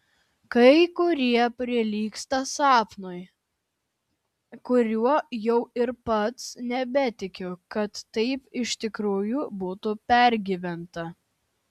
kai kurie prilygsta sapnui kuriuo jau ir pats nebetikiu kad taip iš tikrųjų būtų pergyventa